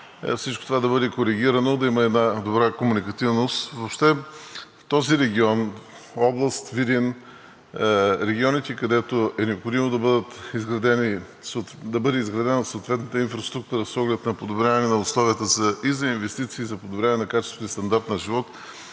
всичко това да бъде коригирано и да има една добра комуникативност. Въобще на този регион, на област Видин, на регионите, където е необходимо да бъде изградена съответната инфраструктура с оглед на подобряване на условията и за инвестиции, и за подобряване на качеството и стандарта на живот,